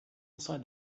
inside